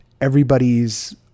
everybody's